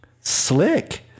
slick